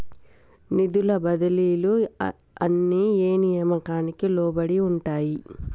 నిధుల బదిలీలు అన్ని ఏ నియామకానికి లోబడి ఉంటాయి?